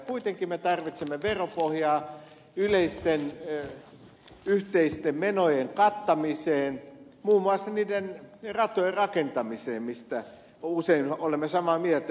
kuitenkin me tarvitsemme veropohjaa yleisten yhteisten menojen kattamiseen muun muassa niiden ratojen rakentamiseen joista usein olemme samaa mieltä ed